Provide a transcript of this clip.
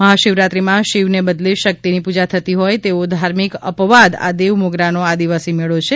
મહાશિવરાત્રિમાં શિવને બદલે શક્તિની પૂજા થતી હોય તેવો ધાર્મિક અપવાદ આ દેવમોગરાનો આદિવાસી મેળો છે